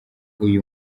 uyu